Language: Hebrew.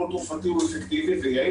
טיפול תרופתי הוא אפקטיבי ויעיל,